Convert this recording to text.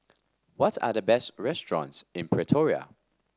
what are the best restaurants in Pretoria